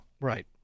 Right